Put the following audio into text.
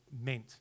meant